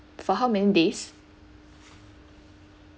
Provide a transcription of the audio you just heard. for how many days